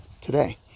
today